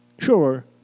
Sure